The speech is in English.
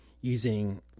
using